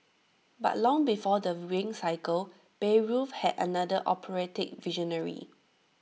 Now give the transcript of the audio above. but long before the ring Cycle Bayreuth had another operatic visionary